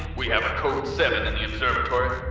we have a code seven in the observatory.